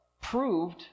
proved